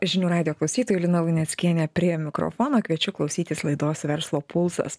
žinių radijo klausytojai lina luneckienė prie mikrofono kviečiu klausytis laidos verslo pulsas